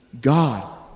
God